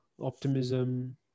optimism